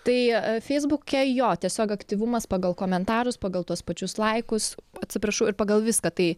tai feisbuke jo tiesiog aktyvumas pagal komentarus pagal tuos pačius laikus atsiprašau ir pagal viską tai